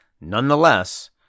nonetheless